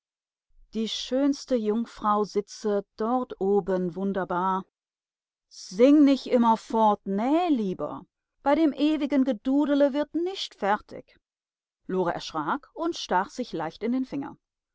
die schönste jungfrau sitzet dort oben wunderbar sing nich immerfort näh lieber bei dem ewigen gedudele wird nischt fertig lore erschrak und stach sich leicht in den finger